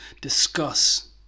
Discuss